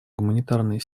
гуманитарные